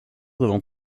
devant